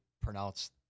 pronounce